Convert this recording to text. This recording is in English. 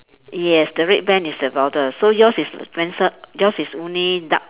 yes the red van is the border so yours is yours is only dark